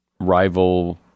rival